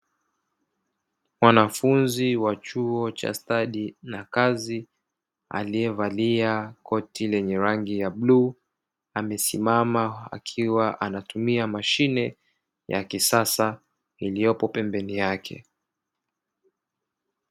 Mwaanafunzi wa chuo cha stadi na kazi, aliyevalia koti lenye rangi ya bluu, amesimama akiwa anatumia mashine ya kisasa iliyopo pembeni yake.